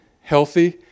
healthy